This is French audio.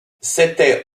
c’était